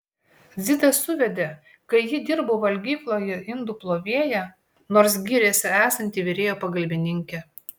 dzidas suvedė kai ji dirbo valgykloje indų plovėja nors gyrėsi esanti virėjo pagalbininkė